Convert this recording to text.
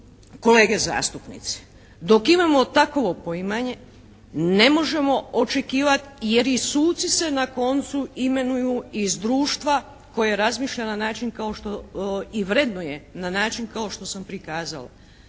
kolege zastupnici. Dok imamo takvo poimanje ne možemo očekivat jer i suci se na koncu imenuju iz društva koje razmišlja na način kao što i vrednuje, na način kao što sam prikazala.